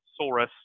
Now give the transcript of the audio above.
Saurus